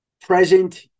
present